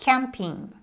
Camping